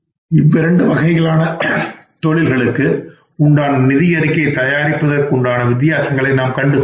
இவ்விரண்டு வகைகளான தொழில்களுக்கு உண்டான நிதி அறிக்கை தயாரிப்பதற்குண்டான வித்தியாசங்களை நாம் கண்டு கொண்டோம்